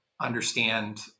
understand